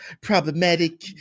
problematic